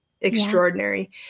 extraordinary